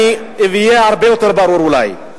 אני אהיה הרבה יותר ברור אולי.